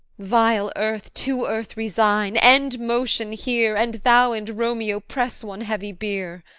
vile earth, to earth resign end motion here and thou and romeo press one heavy bier!